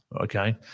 okay